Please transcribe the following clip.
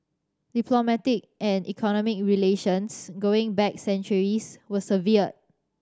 diplomatic and economic relations going back centuries were severed